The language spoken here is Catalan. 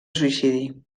suïcidi